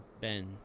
Ben